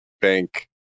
bank